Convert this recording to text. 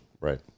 right